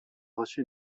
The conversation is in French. reçu